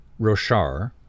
Roshar